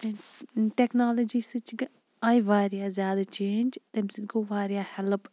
technology سۭتۍ چھِ گَ آیہِ واریاہ زیادٕ چینٛج تمہِ سۭتۍ گوٚو واریاہ ہیٚلپ